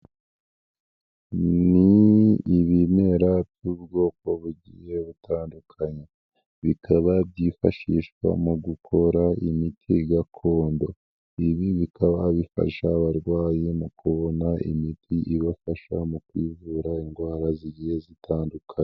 Ni ibimera by'ubwoko bugiye butandukanye, bikaba byifashishwa mu gukora imiti gakondo. Ibi bikaba bifasha abarwayi mu kubona imiti ibafasha mu kwivura indwara zigiye zitandukanye.